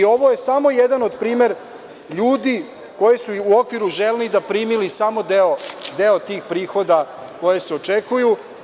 Ovo je samo jedan od primera ljudi koji su u okviru „Želnida“ samo primili deo prihoda koji se očekuju.